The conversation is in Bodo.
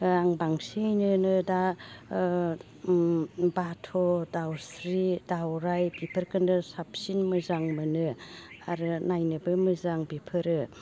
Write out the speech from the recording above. आं बांसिनानो दा बाथ' दाउस्रि दाउराइ बिफोरखोनौ साबसिन मोजां मोनो आरो नायनोबो मोजां बिफोरो